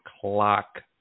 clock